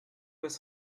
was